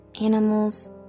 animals